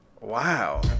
Wow